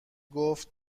گفت